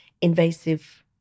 invasive